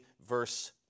verse